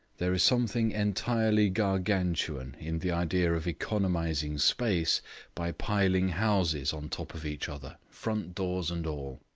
there is something entirely gargantuan in the idea of economising space by piling houses on top of each other, front doors and all.